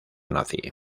nazi